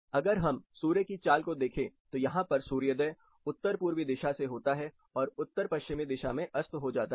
अगर हम सूर्य की चाल को देखें तो यहां पर सूर्योदय उत्तर पूर्वी दिशा से होता है और उत्तर पश्चिमी दिशा में अस्त हो जाता है